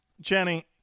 Jenny